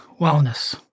wellness